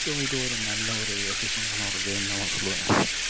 so இது ஒரு நல்ல ஒரு எஃபீஷியன்டான ஒரு வேன்னு தான் நான் சொல்லுவன்